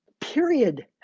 period